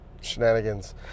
shenanigans